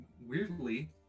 weirdly